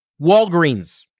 Walgreens